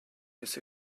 his